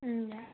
हजुर